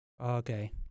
Okay